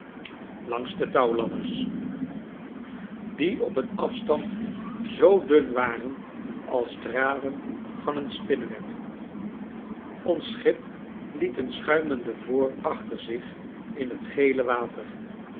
langs de touwladders die op een afstand zoo dun waren als draden van een spinneweb ons schip liet een schuimende voor achter zich in het gele water